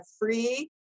free